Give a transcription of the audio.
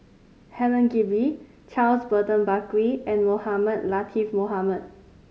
Helen Gilbey Charles Burton Buckley and Mohamed Latiff Mohamed